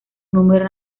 número